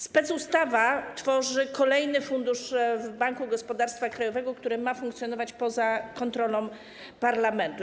Specustawa tworzy kolejny fundusz w Banku Gospodarstwa Krajowego, który ma funkcjonować poza kontrolą parlamentu.